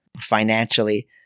financially